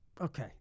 Okay